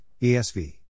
ESV